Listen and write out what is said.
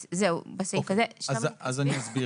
אני אסביר.